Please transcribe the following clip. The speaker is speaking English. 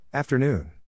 Afternoon